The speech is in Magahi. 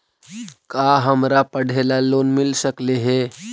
का हमरा पढ़े ल लोन मिल सकले हे?